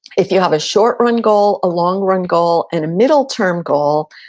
if you have a short-run goal, a long-run goal, and a middle-term goal,